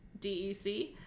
DEC